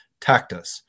Tactus